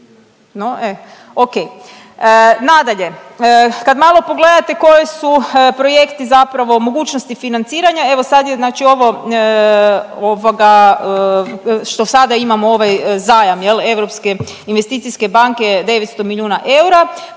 No, e. Okej. Nadalje, kad malo pogledate koje su projekti zapravo mogućnosti financiranja, evo sad je znači ovo, ovoga, što sada imamo ovaj zajam, je li, Europske investicijske banke 900 milijuna eura,